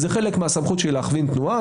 זה חלק מהסמכות שלי להכווין תנועה.